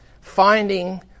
finding